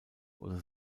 oder